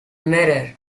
mirror